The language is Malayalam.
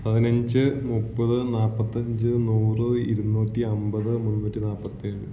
പതിനഞ്ച് മുപ്പത് നാല്പത്തിയഞ്ച് നൂറ് ഇരുന്നൂറ്റി അമ്പത് മുന്നൂറ്റിനാല്പത്തിയേഴ്